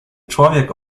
człowiek